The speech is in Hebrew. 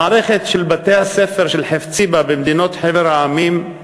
המערכת של בתי-הספר של חפציב"ה בחבר המדינות